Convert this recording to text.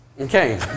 Okay